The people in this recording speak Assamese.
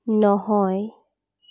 নহয়